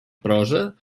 prosa